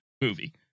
movie